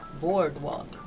Boardwalk